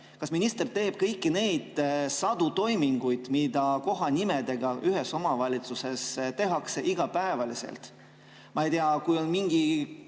Kas minister teeb kõiki neid sadu toiminguid, mida kohanimedega ühes omavalitsuses iga päev tehakse? Ma ei tea, kui mingi